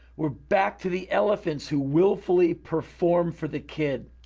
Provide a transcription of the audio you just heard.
we're back to the elephants who willfully perform for the kid.